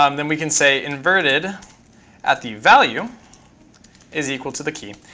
um then we can say inverted at the value is equal to the key.